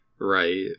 Right